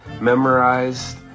memorized